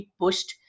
pushed